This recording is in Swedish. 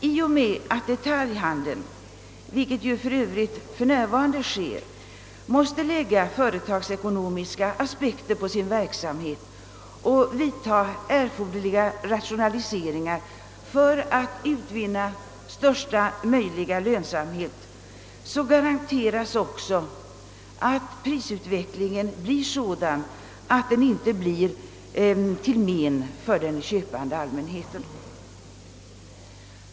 I och med att detaljhandeln vilket den för övrigt redan gör — måste lägga företagsekonomiska aspekter på sin verksamhet och vidta erforderliga rationaliseringar för att uppnå största möjliga lönsamhet får man också garantier för att prisutvecklingen inte blir till men för den köpande allmänheten.